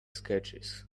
sketches